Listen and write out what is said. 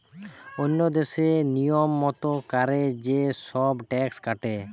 ওন্য দেশে লিয়ম মত কোরে যে সব ট্যাক্স কাটে